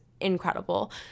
incredible